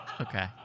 Okay